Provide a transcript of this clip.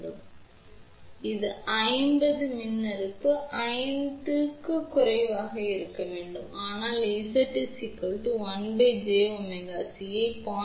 எனவே இது 50 is மின்மறுப்பு 5 than க்கும் குறைவாக இருக்க வேண்டும் ஆனால் நீங்கள் Z 1 jωC ஐ 0